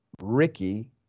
Ricky